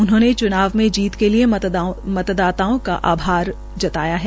उन्होंने च्नाव में जीत के लिये मतदाताओ का आभार जताया है